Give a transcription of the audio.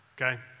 Okay